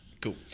cool